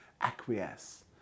acquiesce